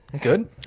good